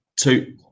Two